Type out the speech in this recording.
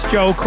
Joe